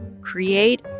create